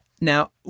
Now